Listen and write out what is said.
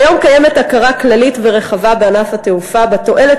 כיום קיימת הכרה כללית ורחבה בענף התעופה בתועלת